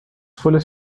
folhas